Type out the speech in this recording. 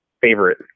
favorite